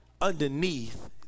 underneath